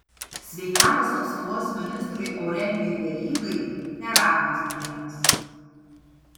sveikatos apsaugos ministrui aurelijui verygai neramios dienos